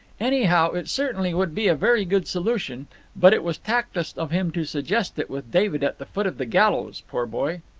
anyhow, it certainly would be a very good solution but it was tactless of him to suggest it with david at the foot of the gallows, poor boy.